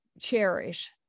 cherish